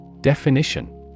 Definition